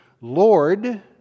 Lord